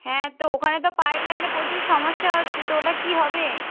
হ্যাঁ তো ওখানে তো পাইপ লাইনে প্রচুর সমস্যা হচ্ছে তো ওটা কী হবে